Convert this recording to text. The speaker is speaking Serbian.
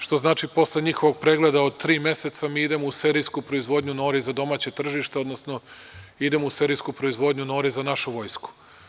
Što znači, posle njihovog pregleda od tri meseca mi idemo u serijsku proizvodnju Nore i za domaće tržište, odnosno idemo u serijsku proizvodnju Nore za našu vojsku.